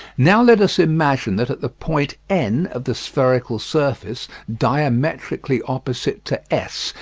now let us imagine that at the point n of the spherical surface, diametrically opposite to s,